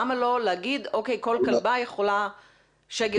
למה לא להגיד 'כל כלבה יכולה שגר אחד'.